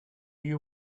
you